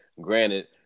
Granted